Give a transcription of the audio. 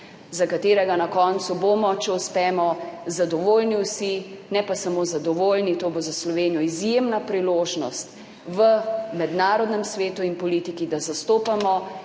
s katerim bomo na koncu, če uspemo, zadovoljni vsi. Ne samo zadovoljni, to bo za Slovenijo izjemna priložnost v mednarodnem svetu in politiki, da zastopamo